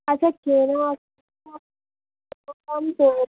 আচ্ছা